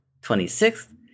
26th